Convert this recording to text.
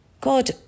God